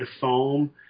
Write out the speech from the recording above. foam